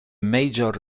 major